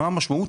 מה המשמעות?